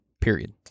period